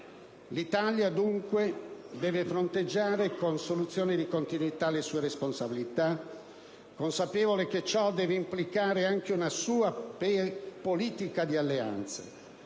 L'Italia, dunque, deve fronteggiare senza soluzione di continuità le sue responsabilità, consapevole che ciò deve implicare anche una seria politica di alleanze: